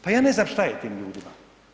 Pa ja ne znam što je tim ljudima.